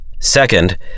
Second